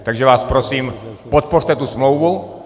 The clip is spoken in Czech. Takže vás prosím, podpořte tu smlouvu.